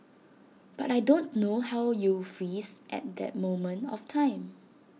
but I don't know how you freeze at that moment of time